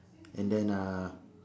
and then uh